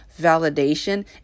validation